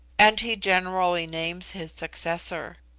and he generally names his successor.